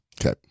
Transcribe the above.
Okay